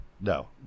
no